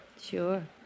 Sure